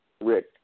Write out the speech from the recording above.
Rick